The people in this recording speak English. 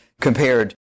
compared